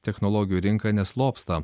technologijų rinka neslopsta